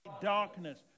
darkness